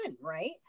right